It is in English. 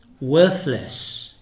worthless